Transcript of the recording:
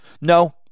No